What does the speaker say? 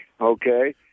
Okay